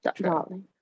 darling